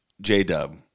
J-Dub